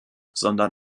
sondern